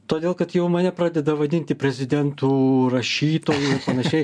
todėl kad jau mane pradeda vadinti prezidentų rašytoju panašiai